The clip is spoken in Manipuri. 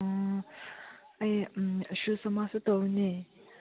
ꯑꯥ ꯑꯩ ꯁꯨꯁ ꯑꯃꯁꯨ ꯇꯧꯕꯅꯦ